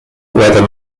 whether